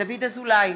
דוד אזולאי,